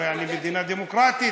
הרי אני מדינה דמוקרטית,